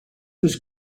was